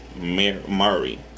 Murray